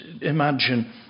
imagine